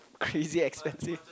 crazy expensive